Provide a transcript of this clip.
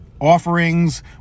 offerings